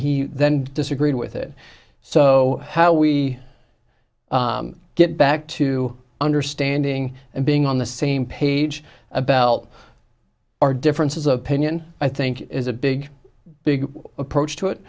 he then disagreed with it so how we get back to understanding and being on the same page about our differences of opinion i think is a big big approach to it